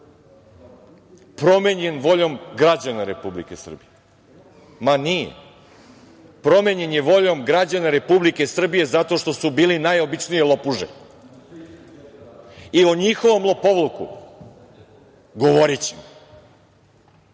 promenjen voljom građana Republike Srbije. Ma nije, promenjen je voljom građana Republike Srbije zato što su bili najobičnije lopuže. I o njihovom lopovluku govorićemo.